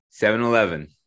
7-Eleven